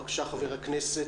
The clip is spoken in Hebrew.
בבקשה.